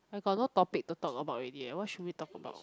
I got no topic to talk about already what should we talk about